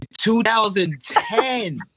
2010